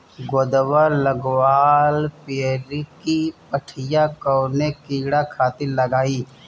गोदवा लगवाल पियरकि पठिया कवने कीड़ा खातिर लगाई?